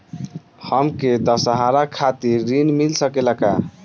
हमके दशहारा खातिर ऋण मिल सकेला का?